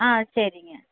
ஆ சரிங்க